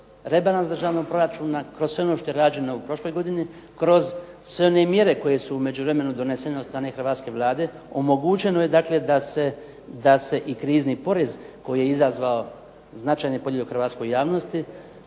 rebalans državnog proračuna, kroz sve ono što je rađeno u prošloj godini, kroz sve one mjere koje su u međuvremenu donesene od strane hrvatske Vlade, omogućeno je dakle da se i krizni porez koji je izazvao značajne podjele u hrvatskoj javnosti,